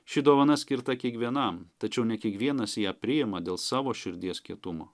ši dovana skirta kiekvienam tačiau ne kiekvienas ją priima dėl savo širdies kietumo